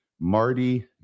Marty